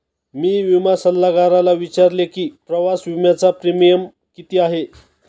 मी विमा सल्लागाराला विचारले की प्रवास विम्याचा प्रीमियम किती आहे?